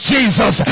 Jesus